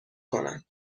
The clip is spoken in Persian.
کنم